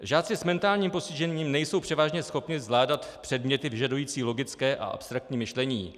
Žáci s mentálním postižením nejsou převážně schopni zvládat předměty vyžadující logické a abstraktní myšlení.